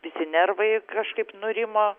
visi nervai kažkaip nurimo